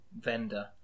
vendor